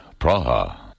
Praha